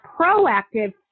proactive